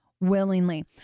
willingly